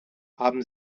haben